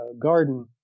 garden